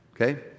Okay